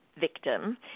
victim